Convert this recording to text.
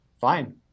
fine